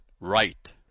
right